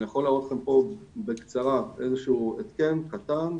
אני יכול להראות לכם פה בקצרה איזה שהוא התקן קטן,